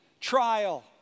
trial